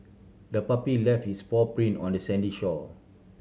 the puppy left its paw print on the sandy shore